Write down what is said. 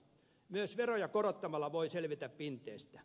myös veroja korottamalla voi selvitä pinteestä